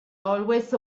always